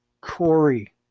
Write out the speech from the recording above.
Corey